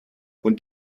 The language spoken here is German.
und